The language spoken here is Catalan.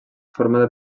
formada